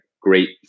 great